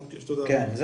כן,